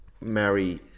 marry